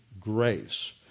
grace